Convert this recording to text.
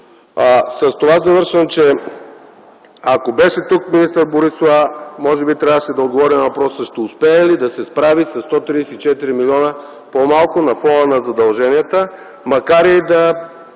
С това завършвам – ако министър Борисова беше тук, може би трябваше да отговори на въпроса: ще успее ли да се справи със 134 милиона по-малко на фона на задълженията, макар през